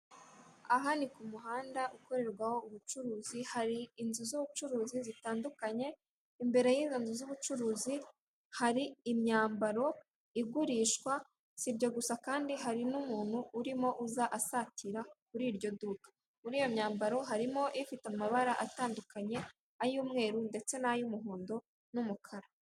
Aha ni ku muhanda ukorerwaho ubucuruzi, hari inzu z'ubucuruzi zitandukanye, imbere y'izo nzu z'ubucuruzi hari imyambaro igurishwa, si ibyo gusa kandi hari n'umuntu urimo uza asatira muri iryo duka, muri iyo myambaro harimo ifite amabara atandukanye, ay'umweru, ndetse n'ay'umuhondo n'umukara.